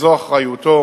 וזו אחריותו.